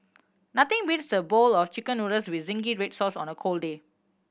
nothing beats a bowl of Chicken Noodles with zingy red sauce on a cold day